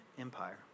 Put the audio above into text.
Empire